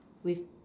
with